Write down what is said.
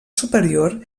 superior